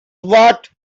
what